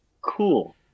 cool